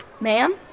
Ma'am